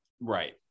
Right